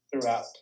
throughout